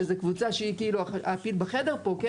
שזו קבוצה שהיא כאילו הפיל בחדר פה,